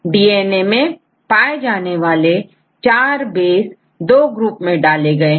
DNA में पाए जाने वाले चार बेस दो ग्रुप में डाले गए हैं